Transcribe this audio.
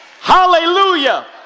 Hallelujah